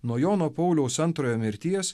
nuo jono pauliaus antrojo mirties